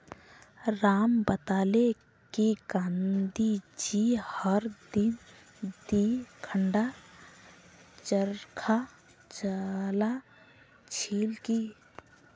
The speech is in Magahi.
राम बताले कि गांधी जी हर दिन दी घंटा चरखा चला छिल की